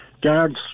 guards